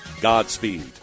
Godspeed